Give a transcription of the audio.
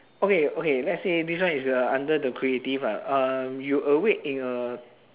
okay okay let's say this one is uh under the creative lah uh you awake in a